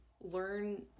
learn